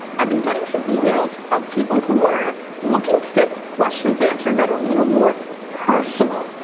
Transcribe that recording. i've been getting some emails of people who are looking to get questions answered that are a little more personal.